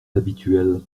habituel